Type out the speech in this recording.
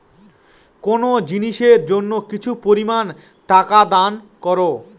কোনো জিনিসের জন্য কিছু পরিমান টাকা দান করো